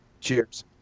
Cheers